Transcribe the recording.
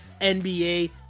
NBA